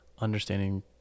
understanding